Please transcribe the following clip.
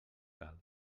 cal